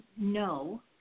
no